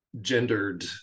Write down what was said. gendered